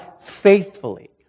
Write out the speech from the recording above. faithfully